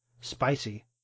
spicy